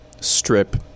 strip